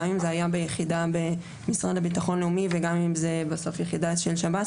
גם אם זה היה ביחידה במשרד לביטחון לאומי וגם אם זה בסוף יחידה של שב"ס,